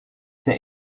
sehr